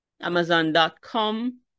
Amazon.com